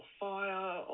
fire